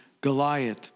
Goliath